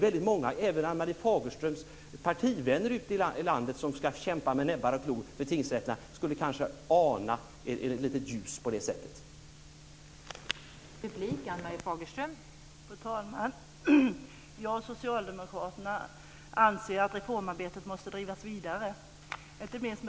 Väldigt många - även Ann-Marie Fagerströms partivänner ute i landet som med näbbar och klor ska kämpa för tingsrätterna - skulle kanske på det sättet ana ett litet ljus.